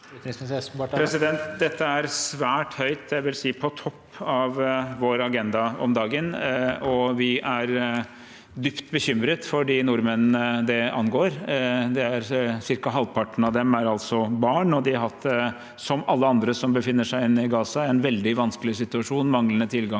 er svært høyt, jeg vil si på topp, på vår agenda om dagen, og vi er dypt bekymret for de nordmenn det angår. Cirka halvparten av dem er barn, og de har hatt, som alle andre som befinner seg i Gaza, en veldig vanskelig situasjon. Det er manglende tilgang på